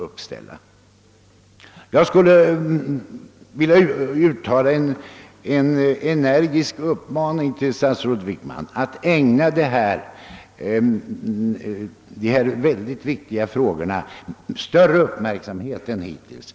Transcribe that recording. Jag skulle vilja framföra en energisk uppmaning till statsrådet Wickman att ägna dessa synnerligen viktiga frågor större uppmärksamhet än hittills.